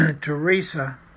Teresa